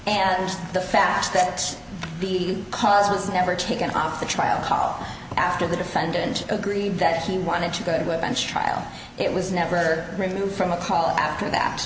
and the fact that the cause was never taken off the trial col after the defendant agreed that he wanted to go to a bench trial it was never removed from a call after th